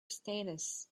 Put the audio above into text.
status